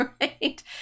right